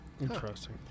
Interesting